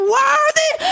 worthy